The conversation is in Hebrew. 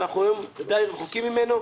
אנחנו היום דיי רחוקים ממנו,